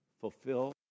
Fulfill